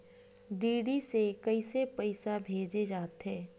DD से कइसे पईसा भेजे जाथे?